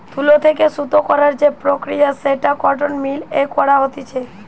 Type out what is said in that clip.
তুলো থেকে সুতো করার যে প্রক্রিয়া সেটা কটন মিল এ করা হতিছে